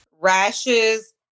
rashes